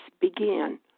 began